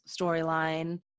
storyline